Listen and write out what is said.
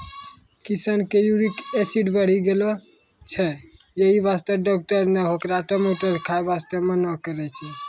किशन के uric acid बढ़ी गेलो छै यही वास्तॅ डाक्टर नॅ होकरा टमाटर खाय वास्तॅ मना करनॅ छै